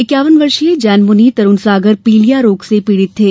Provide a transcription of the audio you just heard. इक्यावन वर्षीय जैन मुनि तरुण सागर पीलिया के रोग से पीड़ित थे